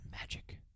magic